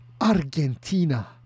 Argentina